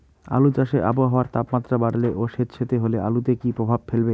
আলু চাষে আবহাওয়ার তাপমাত্রা বাড়লে ও সেতসেতে হলে আলুতে কী প্রভাব ফেলবে?